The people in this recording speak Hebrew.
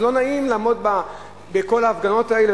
אז לא נעים לעמוד בכל ההפגנות האלה,